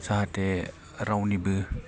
जाहाथे रावनिबो